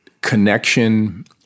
connection